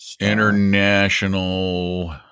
International